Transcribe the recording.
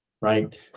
right